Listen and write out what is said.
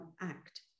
act